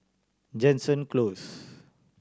Jansen Close